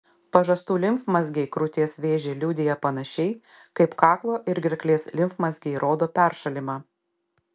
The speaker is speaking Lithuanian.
pažastų limfmazgiai krūties vėžį liudija panašiai kaip kaklo ir gerklės limfmazgiai rodo peršalimą